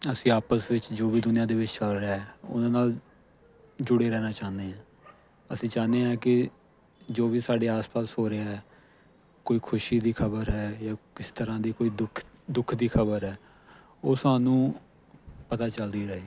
ਅਸੀਂ ਆਪਸ ਵਿੱਚ ਜੋ ਵੀ ਦੁਨੀਆਂ ਦੇ ਵਿੱਚ ਚੱਲ ਰਿਹਾ ਹੈ ਉਹਦੇ ਨਾਲ ਜੁੜੇ ਰਹਿਣਾ ਚਾਹੁਦੇ ਹਾਂ ਅਸੀਂ ਚਾਹੁੰਦੇ ਹਾਂ ਕਿ ਜੋ ਵੀ ਸਾਡੇ ਆਸ ਪਾਸ ਹੋ ਰਿਹਾ ਹੈ ਕੋਈ ਖੁਸ਼ੀ ਦੀ ਖਬਰ ਹੈ ਜਾਂ ਕਿਸ ਤਰ੍ਹਾਂ ਦਾ ਕੋਈ ਦੁੱਖ ਦੁੱਖ ਦੀ ਖ਼ਬਰ ਹੈ ਉਹ ਸਾਨੂੰ ਪਤਾ ਚੱਲਦੀ ਰਹੇ